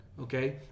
okay